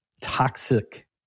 toxic